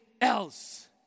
else